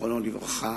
זיכרונו לברכה,